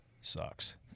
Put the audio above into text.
sucks